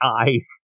eyes